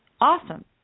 awesome